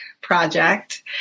project